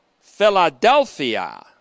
Philadelphia